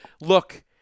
look